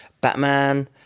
Batman